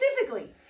specifically